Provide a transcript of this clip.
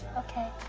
okay.